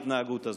ההתנהגות הזאת.